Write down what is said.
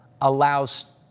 allows